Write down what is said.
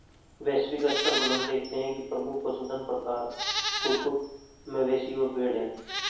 वैश्विक स्तर पर हम देखते हैं कि प्रमुख पशुधन प्रकार कुक्कुट, मवेशी और भेड़ हैं